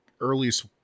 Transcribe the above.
earliest